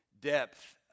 depth